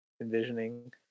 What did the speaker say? envisioning